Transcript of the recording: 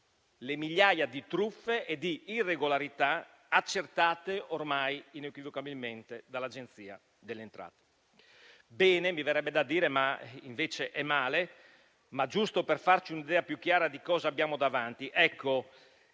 le migliaia di truffe e di irregolarità accertate ormai inequivocabilmente dall'Agenzia delle entrate. Bene, mi verrebbe da dire, ma invece è male. Giusto per farci un'idea più chiara di cosa abbiamo davanti, in